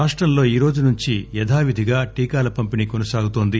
రాష్టంలో ఈ రోజు నుంచి యథావిధిగా టీకాల పంపిణీ కొనసాగుతోంది